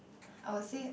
I would say